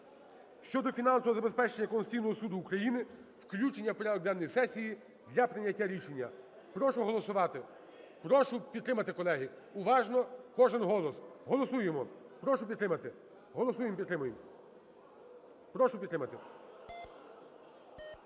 щодо фінансового забезпечення Конституційного Суду України включення в порядок денний сесії для прийняття рішення. Прошу голосувати. Прошу підтримати, колеги. Уважно, кожен голос. Голосуємо. Прошу підтримати. Голосуємо і підтримуємо. Прошу підтримати.